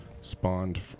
spawned